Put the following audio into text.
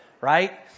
right